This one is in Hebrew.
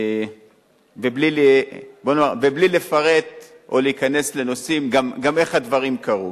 ובלי לפרט או להיכנס לנושאים גם איך הדברים קרו.